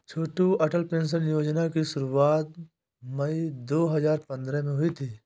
छोटू Atal pension Yojana की शुरुआत मई दो हज़ार पंद्रह में हुई थी